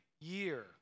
year